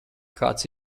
kāds